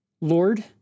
Lord